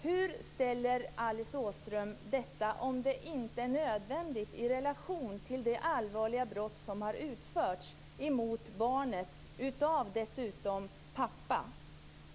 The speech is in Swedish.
Hur ställer Alice Åström detta i relation till det allvarliga brott som har utförts mot barnet av pappan?